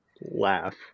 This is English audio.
laugh